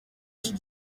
ico